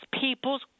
people's